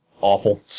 awful